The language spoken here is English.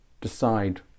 decide